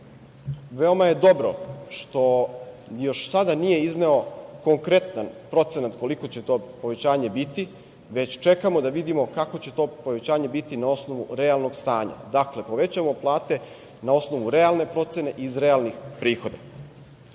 Veoma je dobro što još sada nije izneo konkretan procenat koliko će to povećanje biti, već čekamo da vidimo kako će to povećanje biti na osnovu realnog stanja. Dakle, povećavamo plate na osnovu realne procene iz realnih prihoda. Već